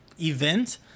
event